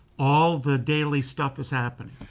all the daily stuff is happening.